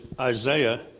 Isaiah